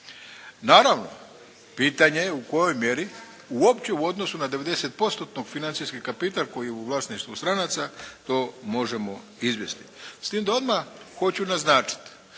Naravno, pitanje je u kojoj mjeri uopće u odnosu na devedesetpostotni financijski kapital koji je u vlasništvu stranaca to možemo izvesti. S tim da odmah hoću naznačiti,